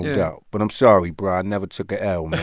yeah but i'm sorry, bro. i never took a l,